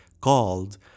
called